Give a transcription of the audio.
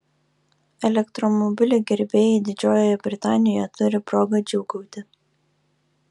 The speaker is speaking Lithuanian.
elektromobilių gerbėjai didžiojoje britanijoje turi progą džiūgauti